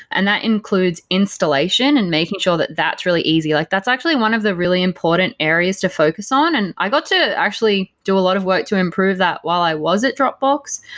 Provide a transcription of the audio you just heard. and that includes installation and making sure that that's really easy. like that's actually one of the really important areas to focus on and i got to actually do a lot of work to improve that while i was at dropbox,